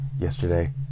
yesterday